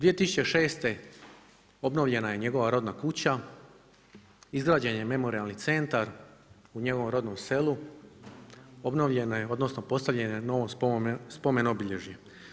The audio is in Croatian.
2006. obnovljena je njegova rodna kuća, izgrađen je memorijalni centar u njegovom rodnom selu, obnovljena je, odnosno postavljeno je novo spomen obilježje.